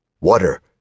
water